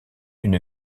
une